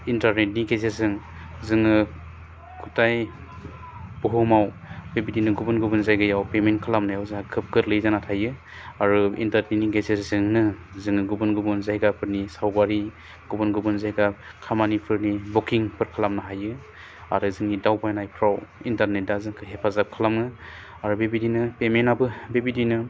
इन्टारनेटनि गेजेरजों जोङो खथाइ बुहुमाव बेबायदिनो गुबुन गुबुन जायगायाव पेमेन्ट खालामनायाव जोंहा खोब गोरलै जाना थायो आरो इन्टारनेटनि गेजेरजोंनो जोङो गुबुन गुबुन जायगाफोरनि सावगारि गुबुन गुबुन जायगा खामानिफोरनि बुकिंफोर खालामनो हायो आरो जोंनि दावबायनायफ्राव इन्टारनेटा जोंखौ हेफाजाब खालामो आरो बेबायदिनो पेमेन्टआबो बेबायदिनो